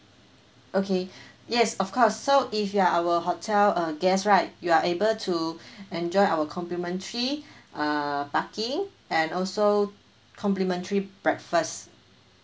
okay yes of course so if you are our hotel uh guest right you are able to enjoy our complimentary uh parking and also complimentary breakfasts